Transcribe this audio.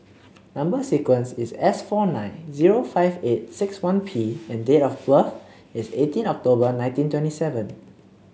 number sequence is S four nine zero five eight six one P and date of birth is eighteen October nineteen twenty seven